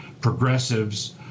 progressives